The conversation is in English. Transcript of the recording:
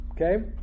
Okay